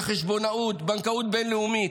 בחשבונאות, בנקאות בין-לאומית,